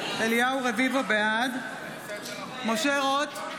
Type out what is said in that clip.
רביבו, בעד משה רוט,